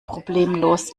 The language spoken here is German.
problemlos